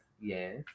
Yes